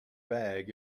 bag